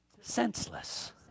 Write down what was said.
senseless